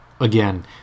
again